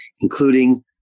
including